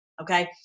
Okay